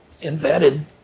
invented